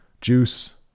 juice